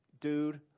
dude